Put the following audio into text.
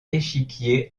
échiquier